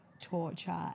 torture